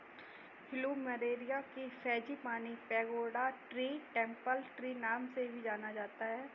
plumeria को frangipani, pagoda tree, temple tree नाम से भी जाना जाता है